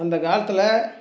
அந்தக் காலத்தில்